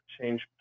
change